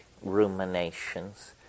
ruminations